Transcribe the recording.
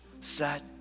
set